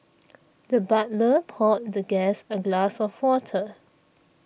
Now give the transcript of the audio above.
the butler poured the guest a glass of water